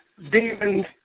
Demons